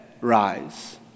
rise